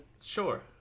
Sure